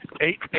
Eight